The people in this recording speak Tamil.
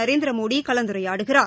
நரேந்திரமோடிகலந்துரையாடுகிறார்